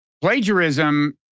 plagiarism